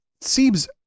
seems